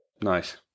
nice